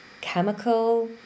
chemical